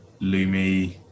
Lumi